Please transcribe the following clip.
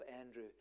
andrew